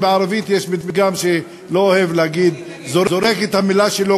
בערבית יש פתגם שאני לא אוהב להגיד: זורק את המילה שלו,